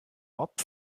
mob